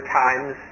times